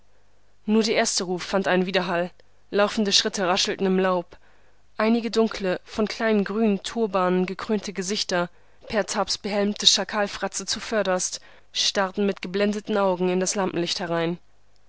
nur der erste ruf fand einen widerhall laufende schritte raschelten im laub einige dunkle von kleinen grünen turbanen gekrönte gesichter pertabs behelmte schakalfratze zuvörderst starrten mit geblendeten augen in das lampenlicht herein